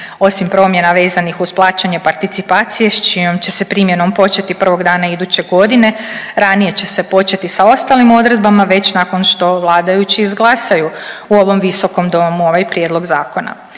Osim promjena vezanih uz plaćanje participacije s čijom će se primjenom početi prvog dana iduće godine ranije će se početi sa ostalim odredbama već nakon što vladajući izglasaju u ovom visokom domu ovaj prijedlog zakona.